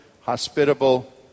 hospitable